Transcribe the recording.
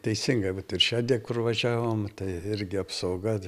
teisingai vat ir šiandien kur važiavom tai irgi apsauga